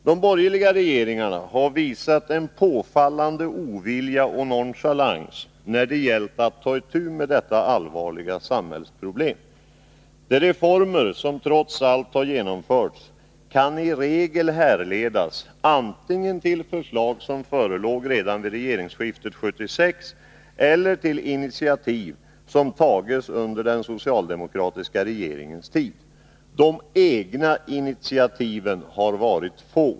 De borgerliga regeringarna har visat en påfallande ovilja och nonchalans när det gällt att ta itu med detta allvarliga samhällsproblem. De reformer som trots allt har genomförts kan i regel härledas antingen till förslag som förelåg redan vid regeringsskiftet 1976 eller till initiativ som tagits under den socialdemokratiska regeringens tid. De egna initiativen har varit få.